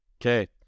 Okay